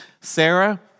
Sarah